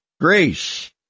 Grace